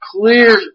clear